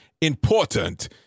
important